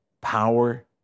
power